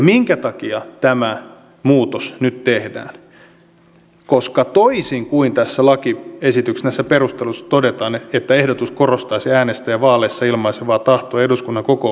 minkä takia tämä muutos nyt tehdään toisin kuin näissä lakiesityksen perusteluissa todetaan että ehdotus korostaisi äänestäjän vaaleissa ilmaisemaa tahtoa eduskunnan kokoonpanosta